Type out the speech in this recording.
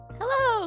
Hello